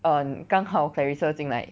um 刚好 clarissa 进来